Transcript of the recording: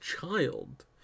child